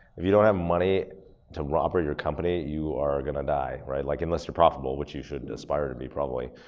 if you don't have money to operate your company, you are gonna die, right, like unless you're profitable, which you should aspire to be, probably.